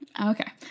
Okay